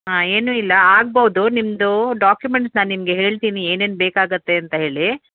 ಹಾಂ ಏನೂ ಇಲ್ಲ ಆಗಬಹುದು ನಿಮ್ಮದು ಡಾಕ್ಯುಮೆಂಟ್ಸ್ ನಾನು ನಿಮಗೆ ಹೇಳ್ತೀನಿ ಏನೇನು ಬೇಕಾಗುತ್ತೆ ಅಂತ ಹೇಳಿ